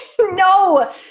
no